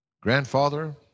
grandfather